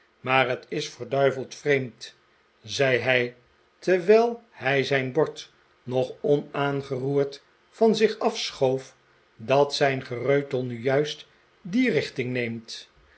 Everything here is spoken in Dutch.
maar het is verduiveld vreemd zei hij terwijl hij zijn bord nog onaangeroerd van zich af schoof dat zijn gereutel nu juist die richting neemt